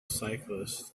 cyclists